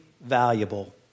valuable